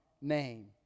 name